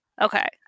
Okay